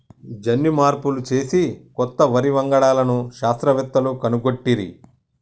జన్యు మార్పులు చేసి కొత్త వరి వంగడాలను శాస్త్రవేత్తలు కనుగొట్టిరి